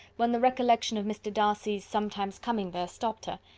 when the recollection of mr. darcy's sometimes coming there stopped her,